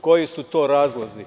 Koji su to razlozi?